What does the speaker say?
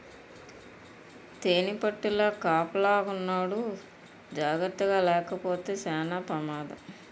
తేనిపట్టుల కాపలాకున్నోడు జాకర్తగాలేపోతే సేన పెమాదం